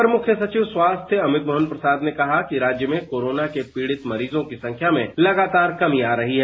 अपर मुख्य सचिव स्वास्थ्य अमित मोहन प्रसाद ने कहा कि राज्य में कोरोना के पीड़ित मरीजों की संख्या में लगातार कमी आ रही है